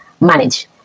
manage